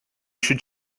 should